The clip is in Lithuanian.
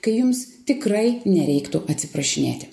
kai jums tikrai nereiktų atsiprašinėti